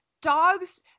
dogs